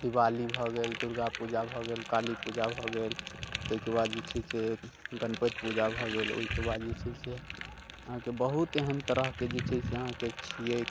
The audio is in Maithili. दिवाली भऽ गेल दुर्गा पूजा भऽ गेल काली पूजा भऽ गेल तेहिके बाद जे छै से गणपति पूजा भऽ गेल ओहिके बाद जे छै से अहाँकेँ बहुत एहन तरहके जे छै से अहाँकेँ छियै